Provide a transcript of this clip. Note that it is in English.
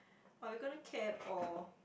are we gonna cab or